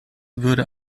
würde